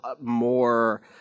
more